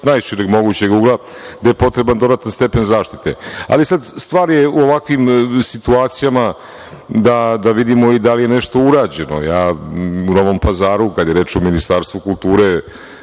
najšireg mogućeg ugla, gde je potreban dodatan stepen zaštite, ali stvar je u ovakvim situacijama da vidimo i da li je nešto urađeno.U Novom Pazaru, kad je reč o Ministarstvu kulture,